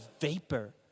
vapor